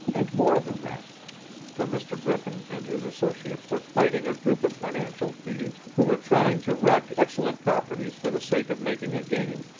and more than that for mr. griffin and his associates were fighting a group of financial thieves who were trying to wreck excellent properties for the sake of making a gain.